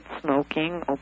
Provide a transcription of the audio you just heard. Smoking